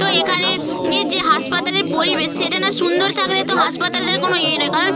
তো এখানে এ যে হাসপাতালের পরিবেশ সেটা না সুন্দর থাকলে তো হাসপাতালের কোনো ইয়ে নেই কারণ